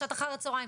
בשעות אחר הצוהריים,